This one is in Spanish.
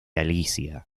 alicia